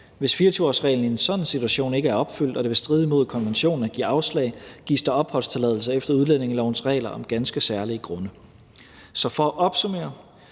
Hvis 24-årsreglen i en sådan situation ikke er opfyldt og det vil stride imod konventionen at give afslag, gives der opholdstilladelse efter udlændingelovens regler om ganske særlige grunde. Så for at opsummere: